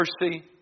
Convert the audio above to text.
mercy